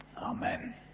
Amen